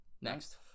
Next